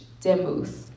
Demuth